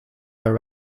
their